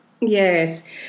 Yes